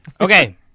Okay